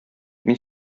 мин